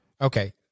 Okay